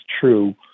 true